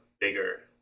bigger